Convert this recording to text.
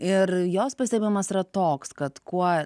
ir jos pastebimas yra toks kad kuo